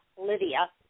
Lydia